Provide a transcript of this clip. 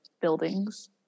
buildings